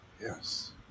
Yes